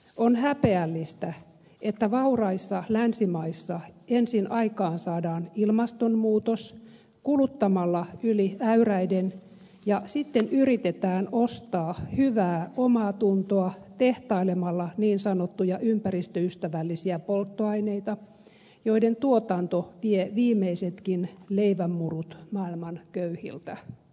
on häpeällistä että vauraissa länsimaissa ensin aikaansaadaan ilmastonmuutos kuluttamalla yli äyräiden ja sitten yritetään ostaa hyvää omaatuntoa tehtailemalla niin sanottuja ympäristöystävällisiä polttoaineita joiden tuotanto vie viimeisetkin leivänmurut maailman köyhiltä